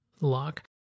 lock